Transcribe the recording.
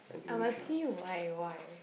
I'm asking you why why